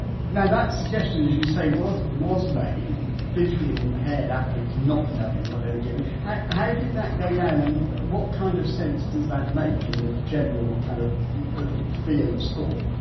now that suggestion as you say, was was made visually impaired athletes not knowing what they were given how how did that go down and what kind of sense does that make in the general kind of feel of sport?